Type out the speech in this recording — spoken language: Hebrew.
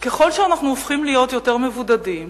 ככל שאנחנו הופכים להיות יותר מבודדים,